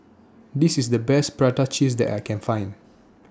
This IS The Best Prata Cheese that I Can Find